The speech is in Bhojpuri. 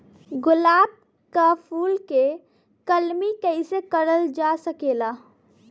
गुलाब क फूल के कलमी कैसे करल जा सकेला?